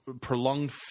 prolonged